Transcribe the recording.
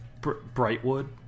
Brightwood